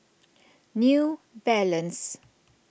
New Balance